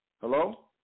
Hello